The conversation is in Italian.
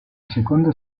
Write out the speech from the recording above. seconda